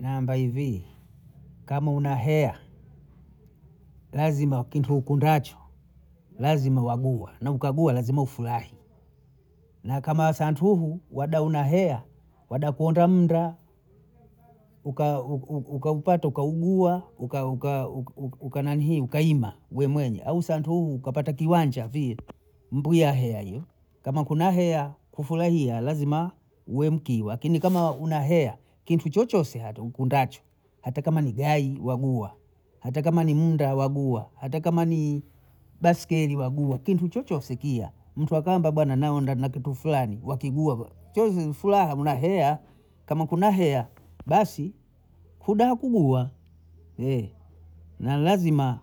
Nawamba hivi kama una heya lazima kintu ukundacho lazima uhague na ukagua lazima ufurahi, na kama santuhu wada una heya wada kuonda mnda ukaupata ukaugua uka nanihii ukaima we mwenye au santuhu ukapata kiwanja vi mbuya heya hiyo, kama kuna heya kufurahia lazima wemkiwa akini kama una heya kintu chochose hata nkundacho hata kama ni gayi waguha, hata ni munda waguha, kama ni baiskeli waguha, kintu chochose kia, mtu akwamba bwana naonda na kitu Fulani wakiguha saizi ni furaha una heya, kama kuna heya basi kuda kuguha, na nlazima